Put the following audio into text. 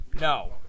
No